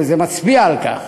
וזה מצביע על כך